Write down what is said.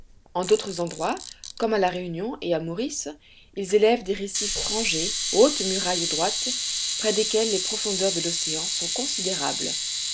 en d'autres endroits comme à la réunion et à maurice ils élèvent des récifs frangés hautes murailles droites près desquelles les profondeurs de l'océan sont considérables